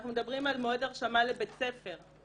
אנחנו מדברים על מועד הרשמה לבית ספר.